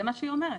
זה מה שהיא אומרת.